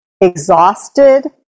exhausted